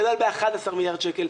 גדל ב-11 מיליארד שקלים.